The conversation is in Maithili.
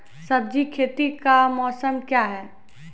सब्जी खेती का मौसम क्या हैं?